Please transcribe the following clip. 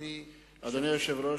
אדוני היושב-ראש,